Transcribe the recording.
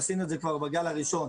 עשינו את זה כבר בגל הראשון.